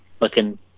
looking